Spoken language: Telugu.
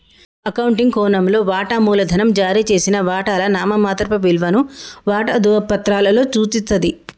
అకౌంటింగ్ కోణంలో, వాటా మూలధనం జారీ చేసిన వాటాల నామమాత్రపు విలువను వాటా ధృవపత్రాలలో సూచిస్తది